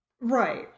Right